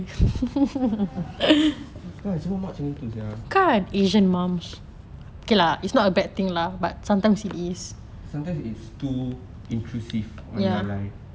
kan semua mak macam gi tu sia sometimes its too intrusive